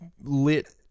lit